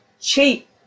cheap